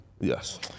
Yes